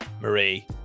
Marie